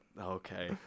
okay